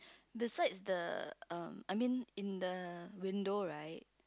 besides the um I mean in the window right